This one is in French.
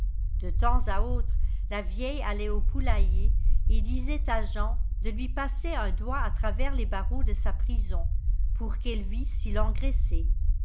de temps à autre la vieille allait au poulailler et disait à jean de lui passer un doigt à travers les barreaux de sa prison pour qu'elle vît s'il engraissait